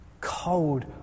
cold